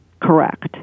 Correct